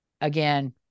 again